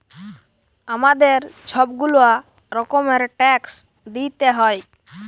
আমাদের ছব গুলা রকমের ট্যাক্স দিইতে হ্যয়